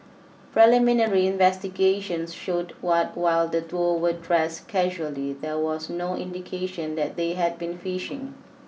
preliminary investigations showed what while the duo were dressed casually there was no indication that they had been fishing